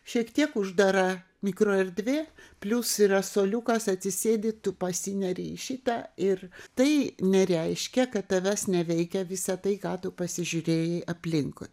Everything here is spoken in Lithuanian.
šiek tiek uždara mikroerdvė plius yra suoliukas atsisėdi tu pasineri į šitą ir tai nereiškia kad tavęs neveikia visą tai ką tu pasižiūrėjai aplinkui